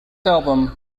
album